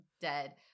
dead